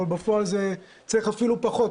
אבל בפועל צריך אפילו פחות.